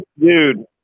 Dude